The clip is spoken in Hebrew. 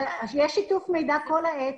יש שיתוף מידע כל העת.